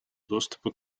доступа